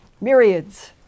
myriads